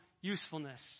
usefulness